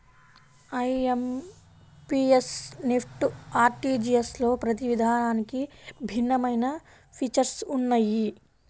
IMPS, NEFT, ఆర్టీజీయస్లలో ప్రతి విధానానికి భిన్నమైన ఫీచర్స్ ఉన్నయ్యి